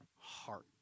heart